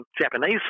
Japanese